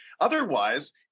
Otherwise